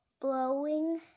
blowing